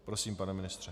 Prosím, pane ministře.